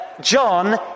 John